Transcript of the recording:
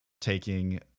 taking